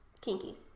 Kinky